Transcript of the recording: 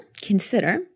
consider